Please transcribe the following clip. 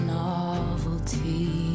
novelty